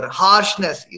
harshness